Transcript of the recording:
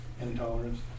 Intolerance